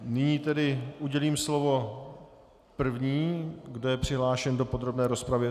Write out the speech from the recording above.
Nyní udělím slovo prvnímu, kdo je přihlášen do podrobné rozpravy.